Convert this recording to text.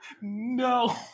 No